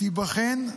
ייבחנו,